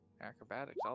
Acrobatics